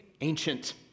ancient